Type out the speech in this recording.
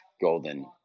Golden